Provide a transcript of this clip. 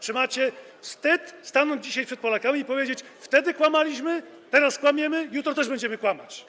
Czy macie wstyd stanąć dzisiaj przed Polakami i powiedzieć: wtedy kłamaliśmy, teraz kłamiemy, jutro też będziemy kłamać?